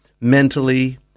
mentally